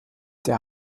der